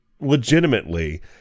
legitimately